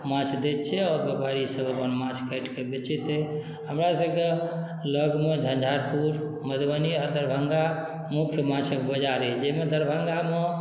माछ दैत छियै आओर व्यापारी सब अपन माछ काटि कऽ बेचैत अइ हमरा सबके लगमे झंझारपुर मधुबनी आओर दरभङ्गा मुख्य माछक बजार अइ जइमे दरभङ्गामे